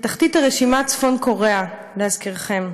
בתחתית הרשימה צפון-קוריאה, להזכירכם.